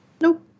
Nope